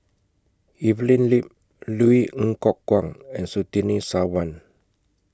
Evelyn Lip Louis Ng Kok Kwang and Surtini Sarwan